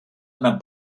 einer